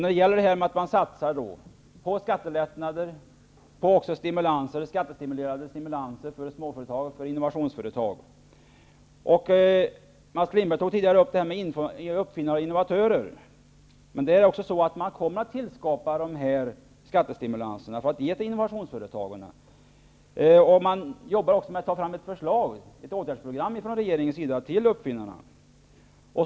Regeringen satsar på skattelättnader och skattestimulanser för småföretag och innovationsföretag. Mats Lindberg tog tidigare upp frågan om uppfinnare och innovatörer. Det kommer också där att tillskapas skattestimulanser för innovationsföretag. Regeringen arbetar också med att ta fram ett förslag till ett åtgärdsprogram för uppfinnarna.